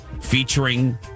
featuring